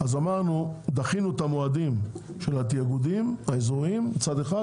אז דחינו את המועדים של התאגודים האזוריים מצד אחד,